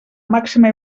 màxima